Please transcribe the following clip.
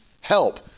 help